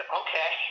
okay